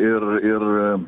ir ir